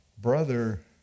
Brother